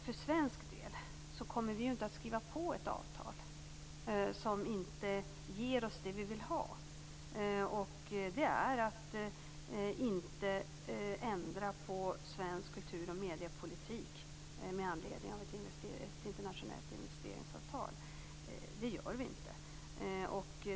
För svensk del kommer vi inte att skriva på ett avtal som inte ger oss det vi vill ha. Det är att inte ändra på svensk kultur och mediepolitik med anledning av ett internationellt investeringsavtal. Det gör vi inte.